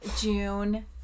june